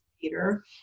Peter